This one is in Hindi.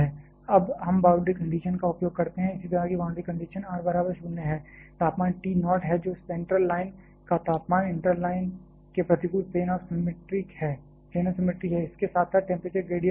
अब हम बाउंड्री कंडीशन का उपयोग करते हैं इसी तरह की बाउंड्री कंडीशन r बराबर 0 है तापमान T नोट है जो सेंट्रल लाइन का तापमान इंटर लाइन के प्रतिकूल प्लेन आफ सिमेट्री है इसके साथ साथ टेंपरेचर ग्रेडियंट 0 है